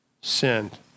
sinned